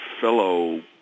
fellow